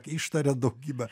ištaria daugybę